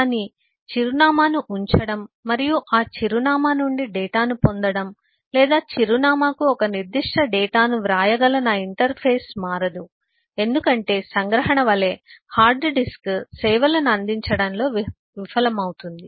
కానీ చిరునామాను ఉంచడం మరియు ఆ చిరునామా నుండి డేటాను పొందడం లేదా చిరునామాకు ఒక నిర్దిష్ట డేటాను వ్రాయగల నా ఇంటర్ఫేస్ మారదు ఎందుకంటే సంగ్రహణ వలె హార్డ్ డిస్క్ సేవలను అందించడంలో విఫలమవుతుంది